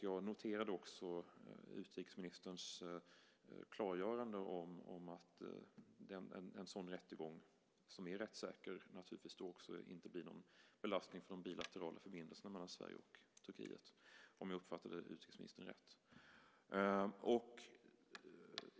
Jag noterade också utrikesministerns klargörande av att en sådan rättegång som är rättssäker naturligtvis inte heller blir någon belastning för de bilaterala förbindelserna mellan Sverige och Turkiet, om jag uppfattade utrikesministern rätt.